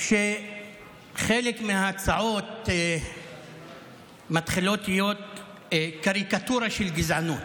שחלק מההצעות מתחילות להיות קריקטורה של גזענות.